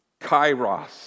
Kairos